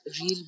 real